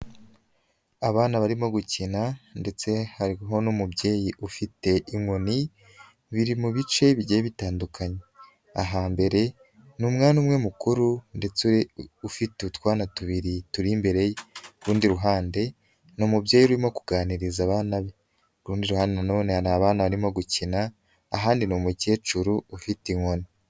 Abana barimo gukina ndetse harimo n'umubyeyi ufite inkoni biri mu bice bigiye bitandukanye, ahambere ni umwana umwe mukuru ndetse ufite utwana tubiri turi imbere ye, urundi ruhande ni umubyeyi urimo kuganiriza abana be, urundi ruhande nanone ni abana barimo gukina ahandi ni umukecuru ufite inkoni.